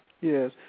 Yes